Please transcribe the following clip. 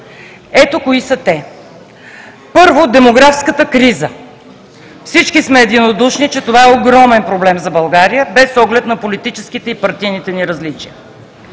Ето кои са те: първо, демографската криза. Всички сме единодушни, че това е огромен проблем за България без оглед на политическите и партийните ни различия.